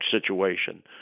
situation